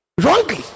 wrongly